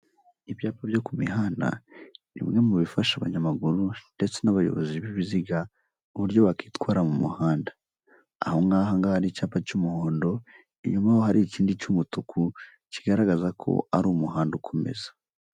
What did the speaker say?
Ibyapa byo ku mihanda ni bimwe mu bifasha abanyamaguru ndetse n'abayobozi b'ibiziga uburyo bakwitwara mu muhanda . aho ngaho hari icyapa cy'umuhondo inyuma hari ikindi cy'umutuku kigaragaza ko ari umuhanda ukomeza.